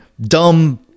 dumb